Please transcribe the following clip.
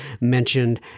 mentioned